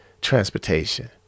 transportation